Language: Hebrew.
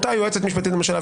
אותה יועצת משפטית לממשלה,